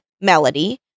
Melody